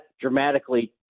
dramatically